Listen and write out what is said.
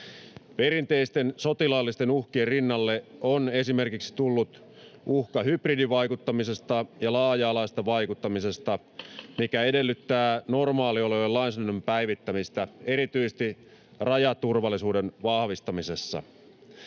Perinteisten sotilaallisten uhkien rinnalle on tullut esimerkiksi uhka hybridivaikuttamisesta ja laaja-alaisesta vaikuttamisesta, mikä edellyttää normaaliolojen lainsäädännön päivittämistä erityisesti rajaturvallisuuden vahvistamisessa.